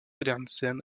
pedersen